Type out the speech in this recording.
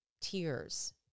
tears